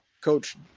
coach